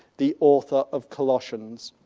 the author of colossians.